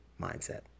mindset